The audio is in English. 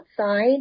outside